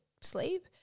sleep